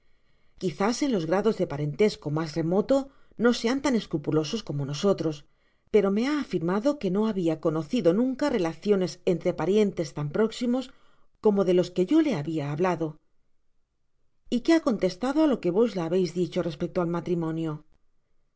quizás en los grados de parentesco mas remoto no sean tan escrupulosos como nosotros pero me ha afirmado que no habia conocido nunca relaciones entre parientes tan próximos como de los que yo le habia hablado y qué ha contestado á lo que vos la habeis dicho respecto al matrimonio